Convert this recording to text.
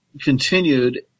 continued